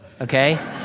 Okay